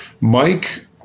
Mike